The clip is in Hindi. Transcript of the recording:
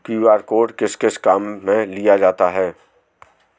क्यू.आर कोड किस किस काम में लिया जाता है?